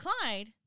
Clyde